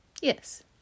yes